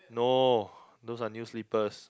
no those are new slippers